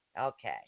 Okay